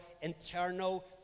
internal